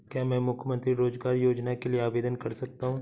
क्या मैं मुख्यमंत्री रोज़गार योजना के लिए आवेदन कर सकता हूँ?